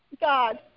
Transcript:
God